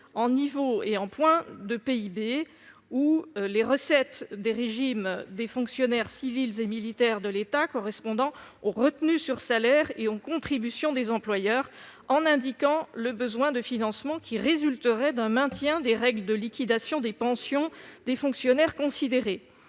envisagées pour les recettes des régimes des fonctionnaires civils et militaires de l'État, correspondant aux retenues sur salaires et aux contributions des employeurs, mais aussi le besoin de financement qui résulterait d'un maintien des règles de liquidation des pensions des fonctionnaires considérés,